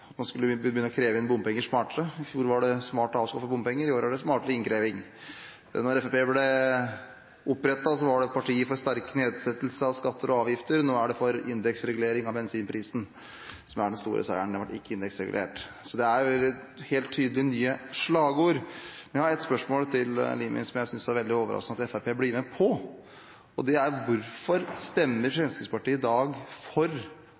at man skulle begynne å kreve inn bompenger smartere. I fjor var det smart å avskaffe bompenger, i år er det smartere innkreving. Da Fremskrittspartiet ble opprettet, var det et parti for sterk nedsettelse av skatter og avgifter, nå er det for indeksregulering av bensinprisen, som er den store seieren – den ble ikke indeksregulert. Det er helt tydelig nye slagord. Men jeg har et spørsmål til Limi om noe jeg synes er veldig overraskende at Fremskrittspartiet blir med på: Hvorfor stemmer Fremskrittspartiet i dag for